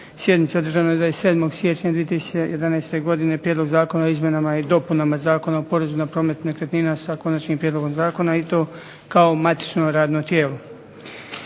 sjednici održanoj 27. siječnja 2011. godine Prijedlog zakona o izmjenama i dopunama Zakona o porezu na promet nekretnina sa konačnim prijedlogom zakona i to kao matično radno tijelo.